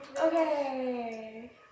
Okay